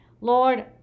Lord